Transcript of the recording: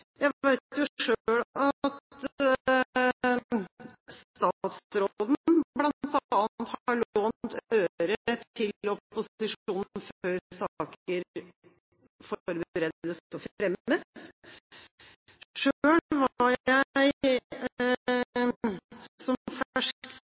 Jeg vet jo selv at statsråden bl.a. har lånt øre til opposisjonen